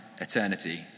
eternity